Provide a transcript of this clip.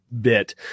bit